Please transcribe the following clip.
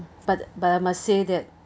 but but I must say that